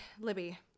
Libby